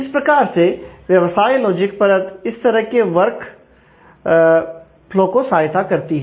इस प्रकार से व्यवसाय लॉजिक परत इस तरह के वर्क क्लॉक को सहायता करती है